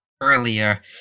earlier